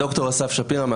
על